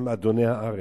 הם אדוני הארץ.